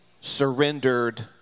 surrendered